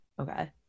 okay